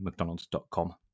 mcdonalds.com